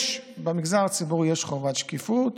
במגזר הציבורי יש חובת שקיפות.